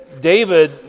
David